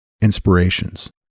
inspirations